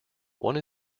one